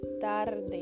Tarde